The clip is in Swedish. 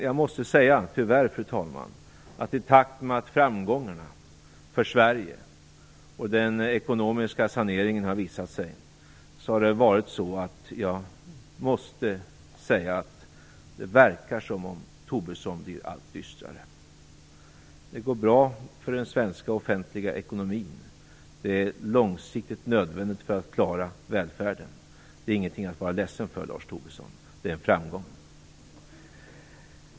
Jag måste tyvärr säga, fru talman, att Tobisson, i takt med att framgångarna för Sverige och i den ekonomiska saneringen visat sig, verkar bli allt dystrare. Det går bra i den svenska offentliga ekonomin. Det är långsiktigt nödvändigt för att klara välfärden. Det är ingenting att vara ledsen för, Lars Tobisson, det är en framgång.